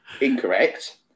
incorrect